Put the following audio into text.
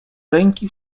ręki